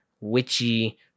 witchy